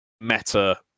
meta